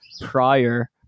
prior